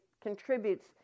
contributes